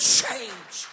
change